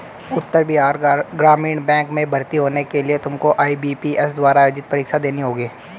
उत्तर Bihar Gramin bank में भर्ती होने के लिए तुमको आई.बी.पी.एस द्वारा आयोजित परीक्षा देनी होगी